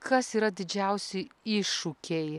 kas yra didžiausi iššūkiai